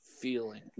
feeling